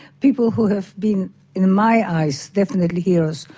people who have been in my eyes definitely heroes,